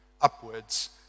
upwards